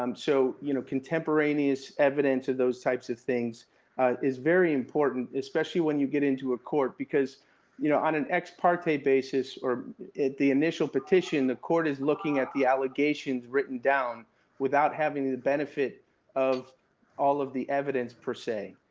um so, you know, contemporaneous evidence of those types of things is very important, especially when you get into a court because you know, on an ex parte basis or at the initial petition, the court is looking at the allegations written down without having the the benefit of all of the evidence per se.